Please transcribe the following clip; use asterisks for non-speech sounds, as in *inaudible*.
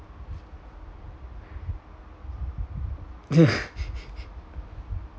*laughs*